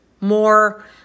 more